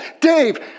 Dave